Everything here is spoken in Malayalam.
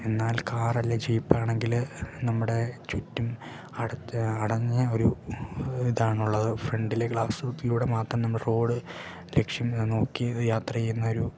എന്നാൽ കാറല്ല ജീപ്പാണെങ്കിൽ നമ്മുടെ ചുറ്റും അടുത്ത് അടഞ്ഞ ഒരു ഇതാണുള്ളത് ഫ്രണ്ടിലേ ഗ്ലാസ്സ് ഭിത്തിയിലൂടെ മാത്രം നമ്മൾ ഫോർവേഡ് ലക്ഷ്യം നോക്കി ഇത് യാത്ര ചെയ്യുന്ന ഒരു